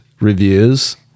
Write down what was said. reviews